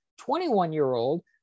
21-year-old